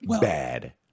Bad